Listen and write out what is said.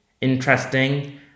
interesting